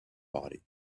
body